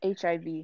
HIV